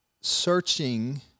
searching